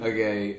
Okay